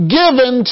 given